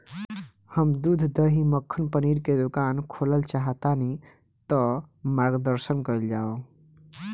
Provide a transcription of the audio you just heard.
हम दूध दही मक्खन पनीर के दुकान खोलल चाहतानी ता मार्गदर्शन कइल जाव?